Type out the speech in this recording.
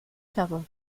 klappe